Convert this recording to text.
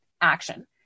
action